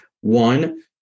One